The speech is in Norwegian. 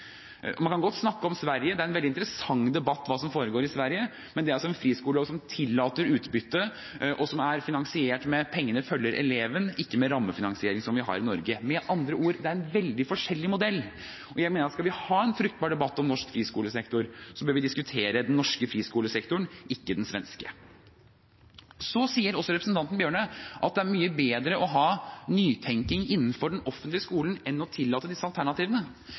system. Man kan godt snakke om Sverige – det er en veldig interessant debatt hva som foregår i Sverige, men det er en friskolelov som tillater utbytte, og som er finansiert ved at pengene følger eleven, ikke ved rammefinansiering, som vi har i Norge. Med andre ord – det er en helt annen modell. Jeg mener at skal vi ha en fruktbar debatt om norsk friskolesektor, bør vi diskutere den norske friskolesektoren, ikke den svenske. Representanten Bjørnø sier også at det er mye bedre å ha nytenking innenfor den offentlige skolen enn å tillate disse alternativene.